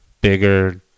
bigger